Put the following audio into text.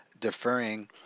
deferring